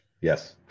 Yes